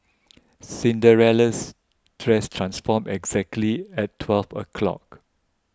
Cinderella's dress transformed exactly at twelve o'clock